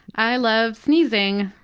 i love sneezing,